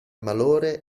malore